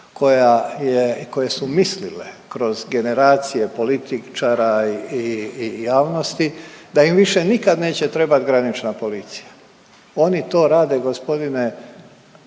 koje su mislile kroz generacije političara i javnosti da im više nikad neće trebat granična policija. Oni to rade g.